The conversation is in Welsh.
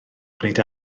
gwneud